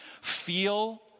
feel